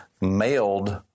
mailed